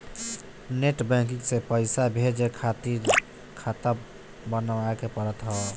net banking से पईसा भेजे खातिर खाता बानवे के पड़त हअ